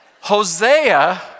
Hosea